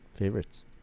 Favorites